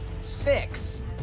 six